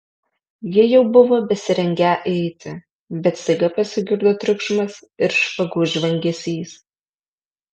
jie jau buvo besirengią eiti bet staiga pasigirdo triukšmas ir špagų žvangesys